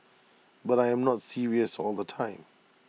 but I am not serious all the time